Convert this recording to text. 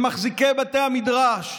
למחזיקי בתי המדרש,